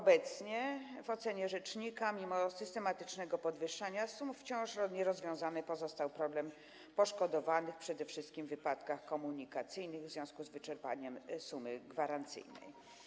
Obecnie w ocenie rzecznika mimo systematycznego podwyższania sum wciąż nierozwiązany pozostał problem poszkodowanych przede wszystkim w wypadkach komunikacyjnych w związku z wyczerpaniem sumy gwarancyjnej.